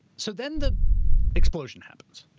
so then the explosion happens.